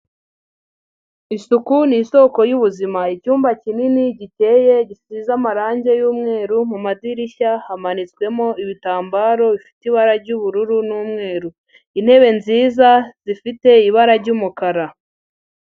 Isuku ni isoko y'ubuzima, icyumba kinini giteye gisize amarangi y'umweru, mu madirishya hamanitswemo ibitambaro bifite ibara ry'ubururu n'umweru, intebe nziza zifite ibara ry'umukara,